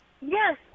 Yes